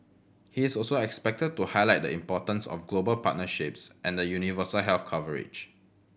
he is also expected to highlight the importance of global partnerships and universal health coverage